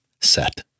set